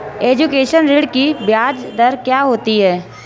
Education ऋृण की ब्याज दर क्या होती हैं?